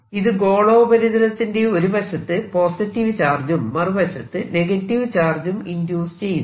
ഇത് ഗോളോപരിതലത്തിന്റെ ഒരു വശത്ത് പോസിറ്റീവ് ചാർജും മറുവശത്തു നെഗറ്റീവ് ചാർജും ഇൻഡ്യൂസ് ചെയ്യുന്നു